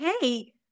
hey